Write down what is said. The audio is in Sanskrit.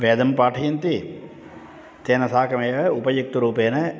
वेदं पाठयन्ति तेन साकमेव उपयुक्तरूपेण